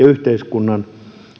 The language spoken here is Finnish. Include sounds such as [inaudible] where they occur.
[unintelligible] yhteiskunnan